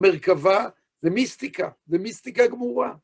מרכבה זה מיסטיקה, זה מיסטיקה גמורה.